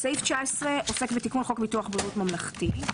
תיקון חוק19.בחוק ביטוח בריאות ממלכתי,